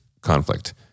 conflict